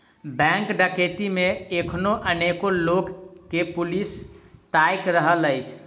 bank डकैती मे एखनो अनेको लोक के पुलिस ताइक रहल अछि